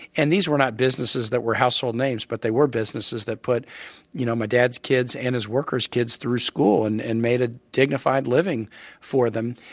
and these were not businesses that were household names, but they were businesses that put you know my dad's kids and his workers' kids through school and and made made a dignified living for them,